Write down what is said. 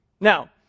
Now